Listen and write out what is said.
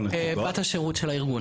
בת השירות של הארגון נמצאת.